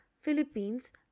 Philippines